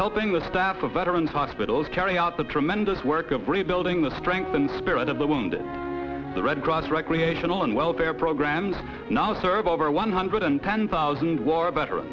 helping the staff of veterans hospitals carry out the tremendous work of rebuilding the strength and spirit of the wound the red cross recreational and welfare programs now serve over one hundred and ten thousand war better